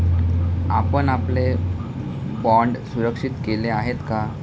आपण आपले बाँड सुरक्षित केले आहेत का?